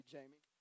Jamie